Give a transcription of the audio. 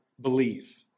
believe